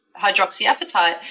hydroxyapatite